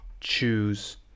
choose